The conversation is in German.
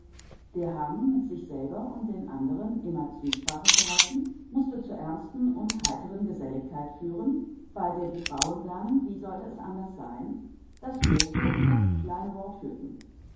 der hang mit sich selber und den anderen zwiesprache zu halten mußte zur ernsten und heiteren geselligkeit führen bei der die frauen wie sollte es anders sein das große und das kleine wort führten